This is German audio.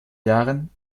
jahren